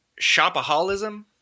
shopaholism